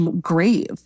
grave